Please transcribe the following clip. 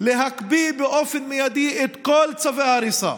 להקפיא באופן מיידי את כל צווי ההריסה